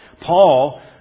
Paul